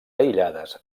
aïllades